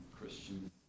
Christian